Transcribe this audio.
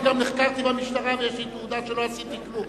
אני כבר נחקרתי במשטרה ויש לי תעודה שלא עשיתי כלום.